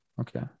Okay